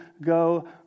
Go